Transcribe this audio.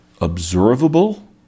observable